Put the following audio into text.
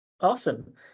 awesome